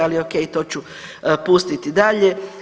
Ali ok, to ću pustiti dalje.